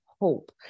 hope